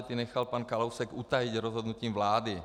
Ty nechal pan Kalousek utajit rozhodnutím vlády.